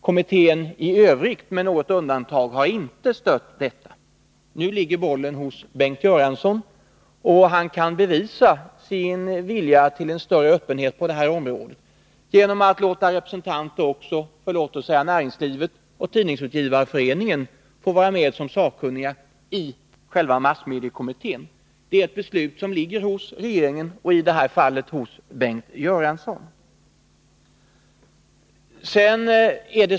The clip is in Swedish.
Kommittén i övrigt har, med något undantag, inte stött detta. Nu ligger bollen hos Bengt Göransson. Han kan bevisa sin vilja till en större öppenhet på det här området genom att låta också representanter för låt oss säga näringslivet och Tidningsutgivareföreningen vara med som sakkunniga i själva massmediekommittén. Det är ett ärende som nu ligger hos regeringen, hos Bengt Göransson.